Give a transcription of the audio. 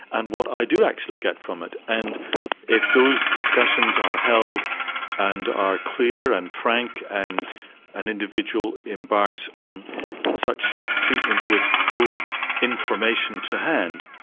and what i do actually get from it. and if those discussions are held and are clear and frank and an individual embarks on such treatment with full information to hand,